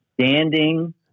standing